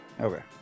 okay